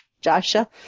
Joshua